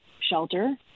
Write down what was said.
shelter